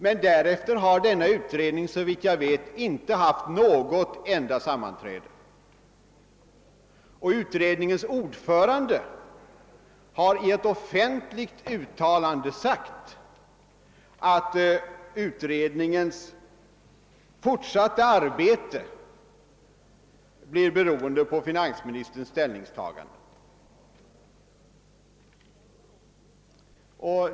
Men därefter har denna utredning, såvitt jag vet, inte hållit något enda sammanträde, och utredningens ordförande har i ett offentligt uttalande sagt att utredningens fortsatta arbete blir beroende av finansministerns ställningstagande.